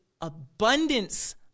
abundance